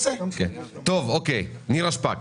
נירה שפק,